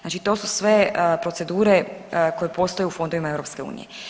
Znači to su sve procedure koje postoje u fondovima EU.